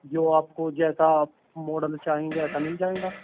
جو آپ کو جیسا آپ ماڈل چاہیں گے ایسا مل جائے گا